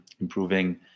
improving